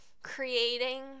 creating